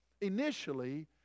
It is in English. initially